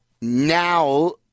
Now